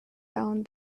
down